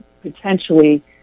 potentially